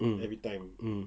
mm mm